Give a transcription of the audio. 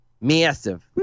Massive